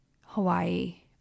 Hawaii